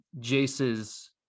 Jace's